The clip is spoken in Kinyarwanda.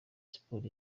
sports